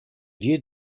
viewed